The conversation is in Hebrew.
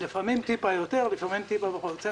לפעמים טיפה יותר ולפעמים טיפה פחות.